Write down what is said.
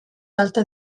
alta